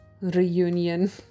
reunion